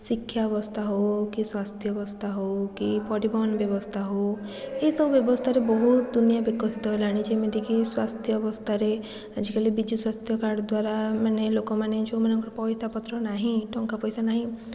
ଶିକ୍ଷା ବ୍ୟବସ୍ଥା ହେଉ କି ସ୍ୱାସ୍ଥ୍ୟ ବ୍ୟବସ୍ଥା ହେଉ କି ପରିବହନ ବ୍ୟବସ୍ଥା ହେଉ ଏସବୁ ବ୍ୟବସ୍ଥାରେ ବହୁତ ବିକଶିତ ହେଲାଣି ଯେମିତିକି ସ୍ୱାସ୍ଥ୍ୟ ବ୍ୟବସ୍ଥାରେ ଆଜିକାଲି ବିଜୁ ସ୍ୱାସ୍ଥ୍ୟ କାର୍ଡ଼ ଦ୍ୱାରା ମାନେ ଲୋକମାନେ ଯେଉଁମାନଙ୍କର ପଇସାପତ୍ର ନାହିଁ ଟଙ୍କା ପଇସା ନାହିଁ